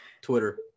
twitter